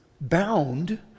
bound